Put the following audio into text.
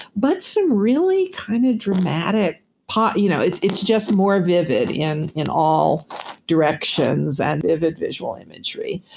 but some really kind of dramatic pot. you know it's it's just more vivid in in all directions and vivid visual imagery,